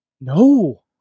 No